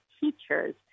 teachers